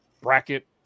bracket